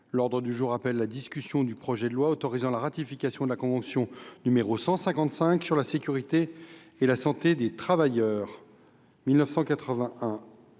L’ordre du jour appelle la discussion du projet de loi autorisant la ratification de la convention n° 155 sur la sécurité et la santé des travailleurs, 1981